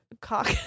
cock